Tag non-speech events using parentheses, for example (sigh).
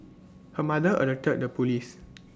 her mother alerted the Police (noise)